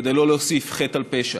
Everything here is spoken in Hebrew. כדי לא להוסיף חטא על פשע,